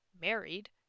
married